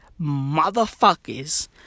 Motherfuckers